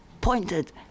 pointed